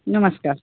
नमस्कार